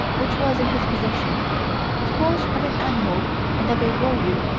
which was in his possession scrawls of an animal and of a warrior,